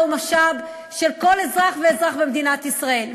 היא משאב של כל אזרח ואזרח במדינת ישראל,